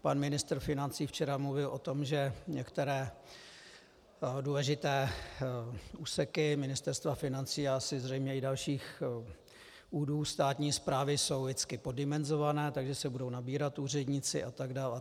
Pan ministr financí včera mluvil o tom, že některé důležité úseky Ministerstva financí a zřejmě i dalších údů státní správy jsou lidsky poddimenzované, takže se budou nabírat úředníci atd. atd.